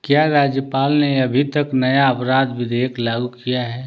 क्या राज्यपाल ने अभी तक नया अपराध विधेयक लागू किया है